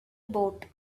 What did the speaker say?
boat